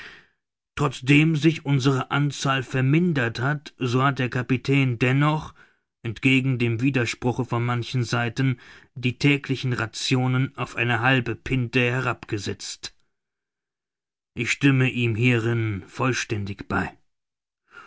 trotzdem sich unsere anzahl vermindert hat so hat der kapitän dennoch entgegen dem widerspruche von manchen seiten die täglichen rationen auf eine halbe pinte herabgesetzt ich stimme ihm hierin vollständig bei